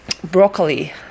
broccoli